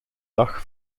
dag